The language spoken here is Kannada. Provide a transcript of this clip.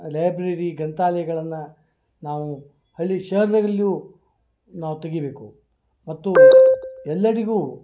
ಲೈಬ್ರರಿ ಗ್ರಂಥಾಲಯಗಳನ್ನು ನಾವು ಹಳ್ಳಿ ಶಹರದಲ್ಲಿಯೂ ನಾವು ತೆಗಿಬೇಕು ಮತ್ತು ಎಲ್ಲರಿಗೂ